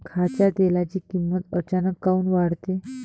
खाच्या तेलाची किमत अचानक काऊन वाढते?